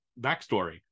backstory